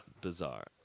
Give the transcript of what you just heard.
bizarre